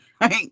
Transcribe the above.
right